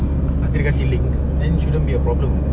nanti dia kasi link then shouldn't be a problem [what]